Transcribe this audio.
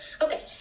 Okay